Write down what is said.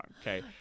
Okay